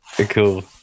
Cool